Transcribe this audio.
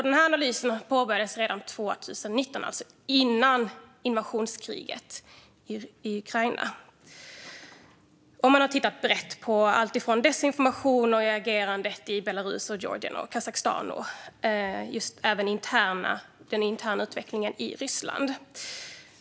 Denna analys påbörjades redan 2019, alltså före invasionskriget i Ukraina, och de har tittat brett på alltifrån desinformation och agerandet i Belarus, Georgien och Kazakstan och även den interna utvecklingen i Ryssland.